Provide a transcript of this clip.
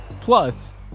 Plus